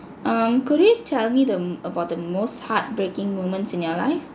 um could you tell me the about the most heartbreaking moments in your life